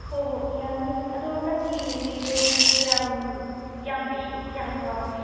ꯍꯣꯏ ꯍꯣꯏ ꯌꯥꯅꯤ ꯑꯗꯨ ꯅꯪꯒꯤ ꯍꯨꯏꯗꯨ ꯀꯌꯥꯝ ꯄꯤꯛꯏꯒꯦ ꯀꯌꯥꯝ ꯆꯥꯎꯔꯦ